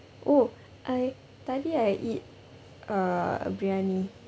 oh I tadi I eat uh briyani